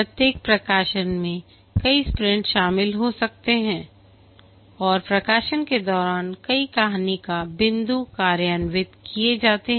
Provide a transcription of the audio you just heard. प्रत्येक प्रकाशन में कई स्प्रिंट शामिल हो सकते हैं और प्रकाशन के दौरान कई कहानी का बिंदु कार्यान्वित किए जाते हैं